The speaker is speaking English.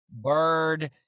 Bird